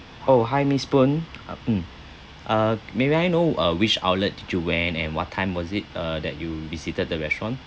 oh hi miss poon uh mm uh may I know uh which outlet did you went and what time was it uh that you visited the restaurant